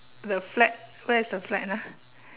the flat where's the flat ah